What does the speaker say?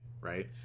right